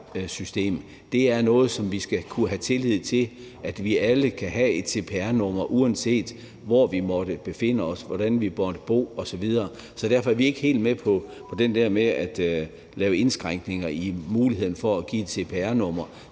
Det er noget, som vi skal kunne have tillid til – at vi alle kan have et cpr-nummer, uanset hvor vi måtte befinde os, hvordan vi måtte bo osv. – så derfor er vi ikke helt med på den der med at lave indskrænkninger i muligheden for at give et cpr-nummer.